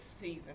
season